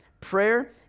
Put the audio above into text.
Prayer